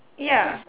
ya